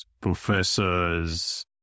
professors